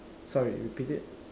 sorry repeat it